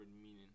meaning